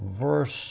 verse